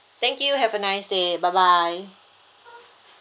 thank you have a nice day bye bye